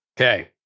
Okay